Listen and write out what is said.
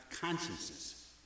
consciences